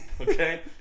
Okay